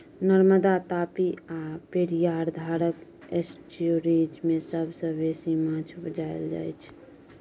नर्मदा, तापी आ पेरियार धारक एस्च्युरीज मे सबसँ बेसी माछ उपजाएल जाइ छै